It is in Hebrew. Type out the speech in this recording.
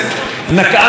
יו"ר ועדת החינוך,